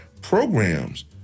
programs